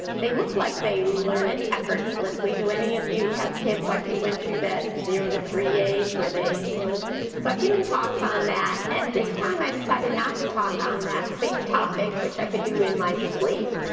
they look like they learn it effortlessly. do any of you have kids like who went through that zero-to-three age where they move? so i've given talks on that. and this this time, i decided not to talk on that safe topic which i could do in my sleep.